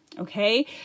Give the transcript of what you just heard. Okay